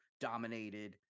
dominated